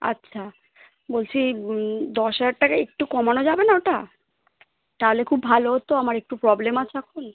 আচ্ছা বলছি দশ হাজার টাকা একটু কমানো যাবে না ওটা তাহলে খুব ভালো হতো আমার একটু প্রবলেম আছে এখন